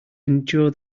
endure